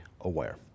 aware